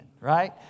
right